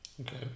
Okay